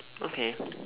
okay